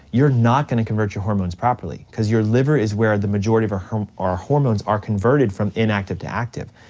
you're not gonna convert your hormones properly cause your liver is where the majority of our hormones are converted from inactive to active.